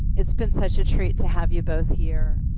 it's been such a treat to have you both here.